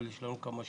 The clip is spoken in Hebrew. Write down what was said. אבל יש לנו כמה שאלות.